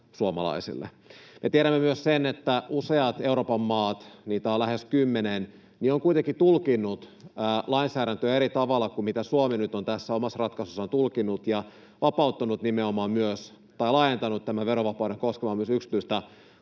suomalaisille. Me tiedämme myös sen, että useat Euroopan maat — niitä on lähes kymmenen — ovat kuitenkin tulkinneet lainsäädäntöä eri tavalla kuin Suomi nyt tässä omassa ratkaisussaan ja laajentaneet tämän verovapauden koskemaan myös yksityistä